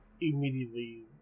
immediately